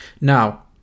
Now